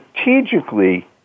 strategically